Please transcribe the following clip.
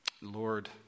Lord